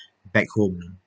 back home